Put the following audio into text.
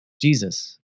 Jesus